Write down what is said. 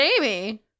Amy